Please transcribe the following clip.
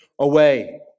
away